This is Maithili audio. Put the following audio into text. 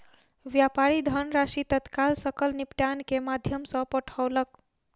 व्यापारी धनराशि तत्काल सकल निपटान के माध्यम सॅ पठौलक